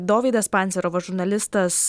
dovydas pancerovas žurnalistas